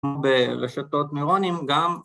‫ברשתות נוירונים גם...